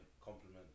compliment